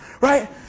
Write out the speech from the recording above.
right